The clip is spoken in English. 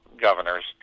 governors